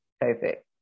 perfect